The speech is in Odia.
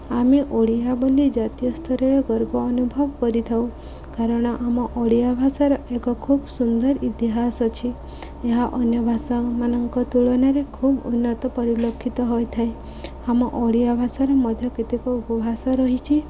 ଆମେ ଓଡ଼ିଆ ବୋଲି ଜାତୀୟ ସ୍ତରରେ ଗର୍ବ ଅନୁଭବ କରିଥାଉ କାରଣ ଆମ ଓଡ଼ିଆ ଭାଷାର ଏକ ଖୁବ୍ ସୁନ୍ଦର ଇତିହାସ ଅଛି ଏହା ଅନ୍ୟ ଭାଷାମାନଙ୍କ ତୁଳନାରେ ଖୁବ୍ ଉନ୍ନତ ପରିଲକ୍ଷିତ ହୋଇଥାଏ ଆମ ଓଡ଼ିଆ ଭାଷାର ମଧ୍ୟ କେତେକ ଉପଭାଷା ରହିଛି